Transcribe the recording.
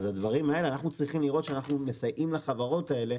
אנחנו צריכים לראות שאנחנו מסייעים לחברות האלה